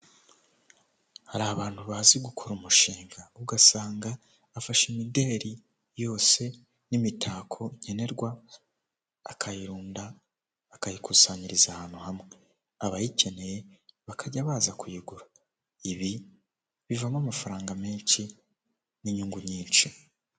Hari abantu bazi gukora umushinga ugasanga afashe imideri yose n'imitako nkenerwa akayirunda akayikusanyiriza ahantu hamwe abayikeneye bakajya baza kuyigura ibi bivamo amafaranga menshi n'inyungu nyinshi.